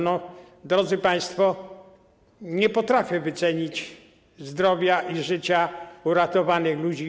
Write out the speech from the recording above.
No, drodzy państwo, nie potrafię wycenić zdrowia i życia uratowanych ludzi.